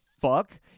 fuck